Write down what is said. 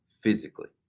physically